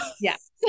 Yes